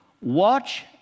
watch